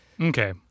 Okay